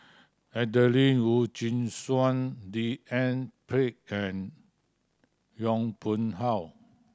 Adelene Wee Chin Suan D N Pritt and Yong Pung How